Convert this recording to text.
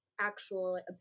actual